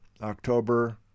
October